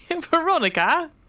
Veronica